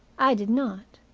i did not.